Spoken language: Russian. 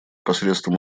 посредством